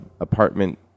apartment